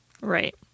Right